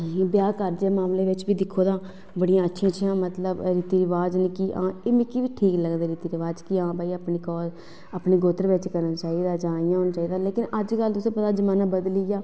ते ब्याह् कारज़ै बिच बी दिक्खो तां बड़ियां अच्छियां अच्छियां मतलब रीति रवाज़ न एह् मिगी बी निं लगदे रीति रवाज़ की आं अपने गौत्र बिच होना चाहिदा जां जियां दिक्खो जमाना बदली गेआ